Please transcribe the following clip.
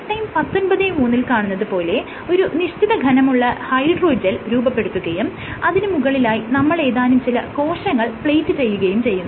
slide time 1903 ൽ കാണുന്നത് പോലെ ഒരു നിശ്ചിത ഘനമുള്ള ഹൈഡ്രജൻ ജെൽ രൂപപ്പെടുത്തുകയും അതിന് മുകളിലായി നമ്മൾ ഏതാനും ചില കോശങ്ങൾ പ്ലേറ്റ് ചെയ്യുകയും ചെയ്യുന്നു